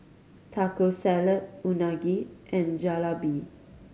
Taco Salad Unagi and Jalebi